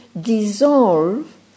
dissolve